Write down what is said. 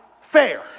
fair